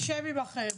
השם עמכם.